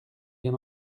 bien